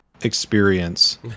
experience